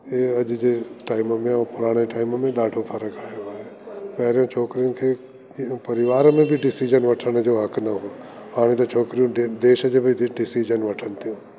हे अॼु जे टाइम में अऊं हांणे जे टाइम में ॾाढो फरक आयो आहे पहरियों छोकरिन खे परिवार में बि डीसिजन वठण जो हक न हो हाणे त छोकरियूं देश जो बि डीसिज़न वठन तियूं